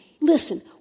listen